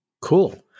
Cool